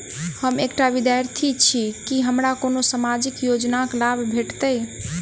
हम एकटा विद्यार्थी छी, की हमरा कोनो सामाजिक योजनाक लाभ भेटतय?